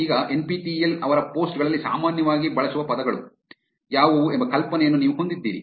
ಈಗ N P T E L ಅವರ post ಗಳಲ್ಲಿ ಸಾಮಾನ್ಯವಾಗಿ ಬಳಸುವ ಪದಗಳು ಯಾವುವು ಎಂಬ ಕಲ್ಪನೆಯನ್ನು ನೀವು ಹೊಂದಿದ್ದೀರಿ